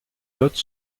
notes